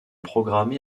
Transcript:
programmés